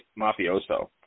mafioso